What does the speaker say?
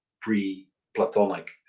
pre-Platonic